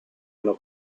hanno